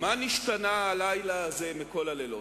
מה נשתנה הלילה הזה מכל הלילות?